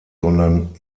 sondern